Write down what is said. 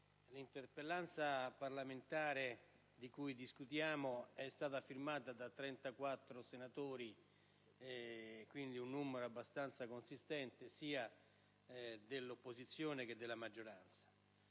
l'interpellanza parlamentare di cui discutiamo è stata firmata da 34 senatori - quindi un numero abbastanza consistente -sia dell'opposizione, sia della maggioranza.